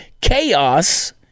chaos